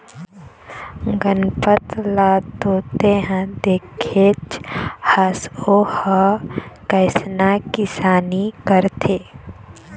गनपत ल तो तेंहा देखेच हस ओ ह कइसना किसानी करथे